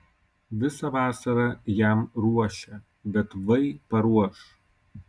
visą vasarą jam ruošia bet vai paruoš